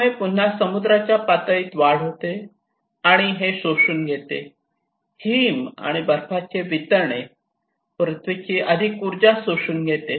त्यामुळे पुन्हा समुद्राच्या पातळीत वाढ होते आणि हे शोषून घेते हिम आणि बर्फाचे हे वितळणे पृथ्वी ची अधिक ऊर्जा शोषून घेते